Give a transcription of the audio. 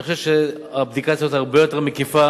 אני חושב שהבדיקה צריכה להיות הרבה יותר מקיפה,